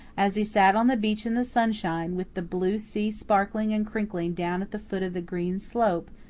as he sat on the bench in the sunshine, with the blue sea sparkling and crinkling down at the foot of the green slope,